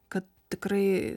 kad tikrai